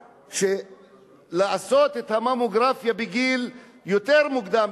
לעשות את הממוגרפיה בגיל יותר מוקדם,